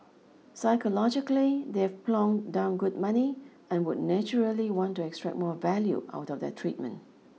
psychologically they've plonked down good money and would naturally want to extract more value out of their treatment